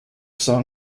song